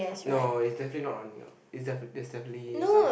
no it's definitely not running out it's defini~ it's definitely some